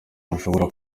ntushobora